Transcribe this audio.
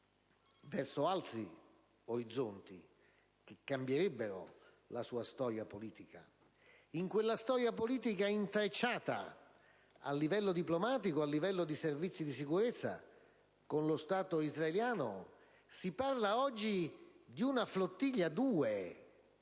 verso altri orizzonti che cambierebbero la sua storia politica. In quella storia politica, intrecciata a livello diplomatico e di servizi di sicurezza con lo Stato israeliano, si parla oggi di una Flotilla 2,